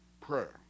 Prayer